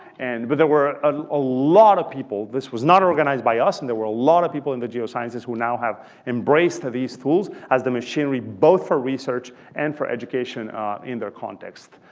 and but there were a lot of people. this was not organized by us. and there were a lot of people in the geosciences who now have embraced these tools as the machinery both for research and for education in their context.